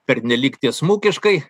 pernelyg tiesmukiškai